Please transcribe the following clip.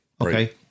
Okay